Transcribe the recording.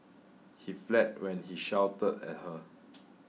he fled when she shouted at her